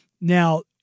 Now